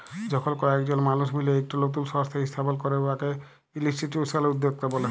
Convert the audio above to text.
যখল কয়েকজল মালুস মিলে ইকট লতুল সংস্থা ইস্থাপল ক্যরে উয়াকে ইলস্টিটিউশলাল উদ্যক্তা ব্যলে